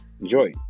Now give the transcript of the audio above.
enjoy